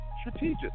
Strategic